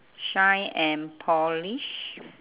shine and polish